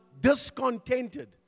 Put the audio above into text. discontented